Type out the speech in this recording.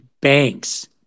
banks